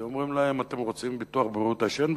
כי אומרים להם: אתם רוצים ביטוח בריאות השן?